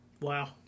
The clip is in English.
Wow